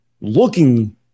looking